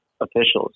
officials